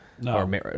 No